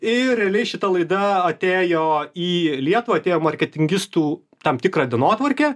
ir realiai šita laida atėjo į lietuvą atėjo marketingistų tam tikrą dienotvarkę